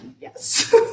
yes